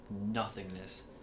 nothingness